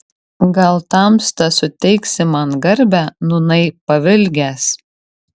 gal tamsta suteiksi man garbę nūnai pavilgęs